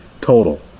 total